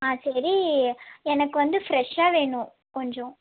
ஆ சரி எனக்கு வந்து ஃபிரெஷாக வேணும் கொஞ்சம்